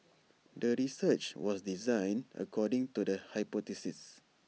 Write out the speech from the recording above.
the research was designed according to the hypothesis